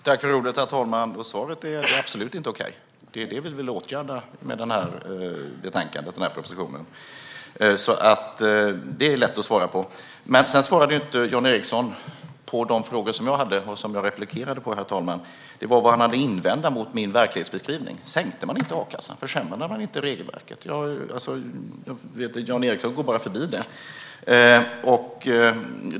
Herr talman! Svaret är: Det är absolut inte okej. Det är detta vi vill åtgärda genom betänkandet och propositionen. Det var lätt att svara på. Jan Ericson svarade dock inte på de frågor som jag tog upp i min replik. Vad har han att invända mot min verklighetsbeskrivning? Sänkte man inte a-kassan? Försämrade man inte regelverket? Jan Ericson gick bara förbi det.